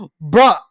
bro